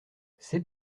c’est